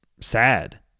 Sad